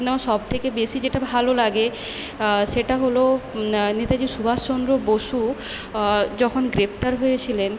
কিন্তু আমার সবথেকে বেশি যেটা ভালো লাগে সেটা হলো নেতাজি সুভাষচন্দ্র বসু যখন গ্রেফতার হয়েছিলেন